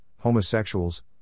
homosexuals